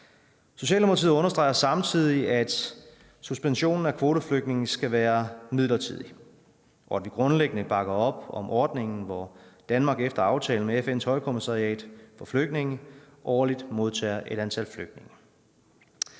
Socialdemokratiet understreger samtidig, at suspensionen af kvoteflygtninge skal være midlertidig, og at vi grundlæggende bakker op om ordningen, hvor Danmark efter aftale med FN's Højkommissariat for Flygtninge årligt modtager et antal flygtninge.